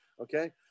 okay